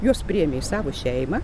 juos priėmė į savo šeimą